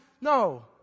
No